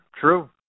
true